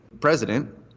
president